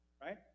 right